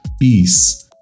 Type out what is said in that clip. peace